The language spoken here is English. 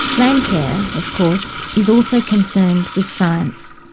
landcare, of course, is also concerned with science.